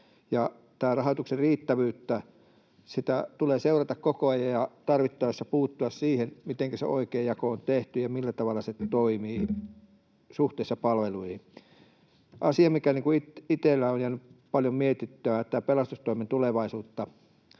rahoituksen riittävyyttä tulee seurata koko ajan ja tarvittaessa puuttua siihen, mitenkä se oikea jako on tehty ja millä tavalla se toimii suhteessa palveluihin. Asia, mikä itseäni on jäänyt paljon mietityttämään, on tämä pelastustoimen tulevaisuus.